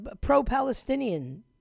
pro-Palestinian